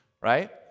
right